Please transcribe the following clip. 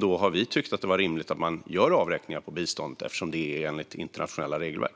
Då har vi tyckt att det varit rimligt att göra avräkningar på biståndet, eftersom det är enligt internationella regelverk.